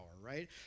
right